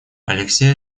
алексей